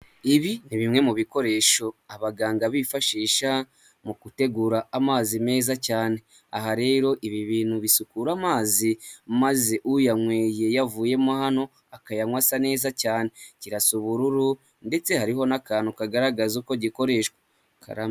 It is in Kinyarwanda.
Ibi ni bimwe mu bikoresho abaganga bifashisha mu gutegura amazi meza cyane, aha rero ibi bintu bisukura amazi; maze uyanyweye yavuyemo hano akayanywa asa neza cyane. Kirasa ubururu ndetse hariho n'akantu kagaragaza ko gikoreshwa kamwe.